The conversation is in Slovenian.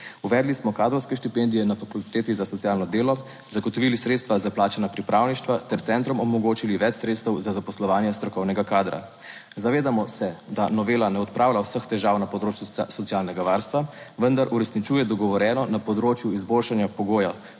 Uvedli smo kadrovske štipendije na Fakulteti za socialno delo, zagotovili sredstva za plačana pripravništva ter centrom omogočili več sredstev za zaposlovanje strokovnega kadra. Zavedamo se, da novela ne odpravlja vseh težav na področju socialnega varstva, vendar uresničuje dogovorjeno na področju izboljšanja pogojev